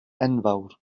enfawr